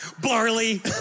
barley